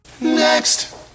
Next